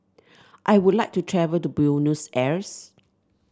I would like to travel to Buenos Aires